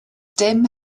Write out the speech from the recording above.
dim